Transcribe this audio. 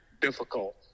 difficult